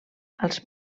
als